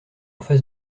face